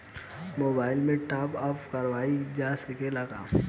Mobile के top आप कराइल जा सकेला का?